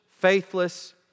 faithless